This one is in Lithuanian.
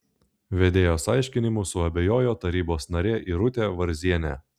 vedėjos aiškinimu suabejojo tarybos narė irutė varzienė